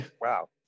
Wow